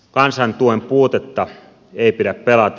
kansan tuen puutetta ei pidä pelätä